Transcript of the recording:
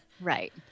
Right